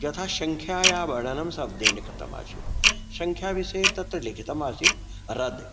यथा सङ्ख्यायाः वलनं शब्देनकृतमासीत् सङ्ख्या विषये तत् लिखितमासीत् अराद्